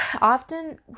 often